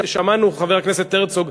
חבר הכנסת הרצוג,